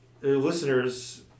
listeners